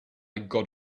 got